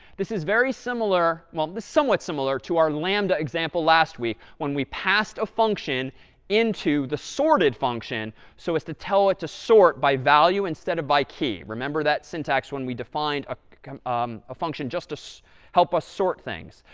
this is very similar well, um somewhat similar to our lambda example last week when we passed a function into the sorted function so as to tell what to sort by value instead of by key. remember that syntax when we define ah um a function just to help us sort things.